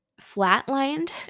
flatlined